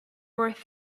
worth